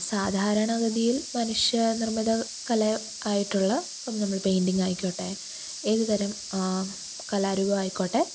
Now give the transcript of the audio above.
സാധാരണ ഗതിയില് മനുഷ്യ നിര്മ്മിത കല ആയിട്ടുള്ള ഇപ്പം നമ്മൾ പെയിന്റിങ്ങായിക്കോട്ടെ ഏതുതരം കലാരൂപം ആയിക്കോട്ടെ